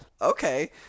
Okay